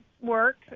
work